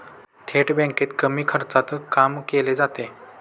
थेट बँकेत कमी खर्चात काम केले जाते